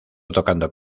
tocando